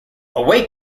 away